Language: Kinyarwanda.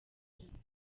jenoside